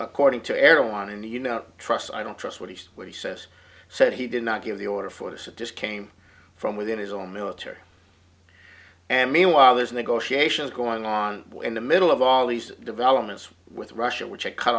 according to airline and you know trust i don't trust what he says what he says said he did not give the order for us it just came from within his own military and meanwhile there's negotiations going on in the middle of all these developments with russia which it cut